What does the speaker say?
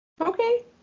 Okay